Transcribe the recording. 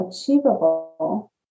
achievable